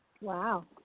Wow